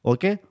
Okay